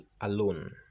alone